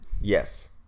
Yes